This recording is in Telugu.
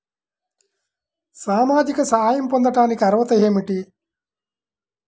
సామాజిక సహాయం పొందటానికి అర్హత ఏమిటి?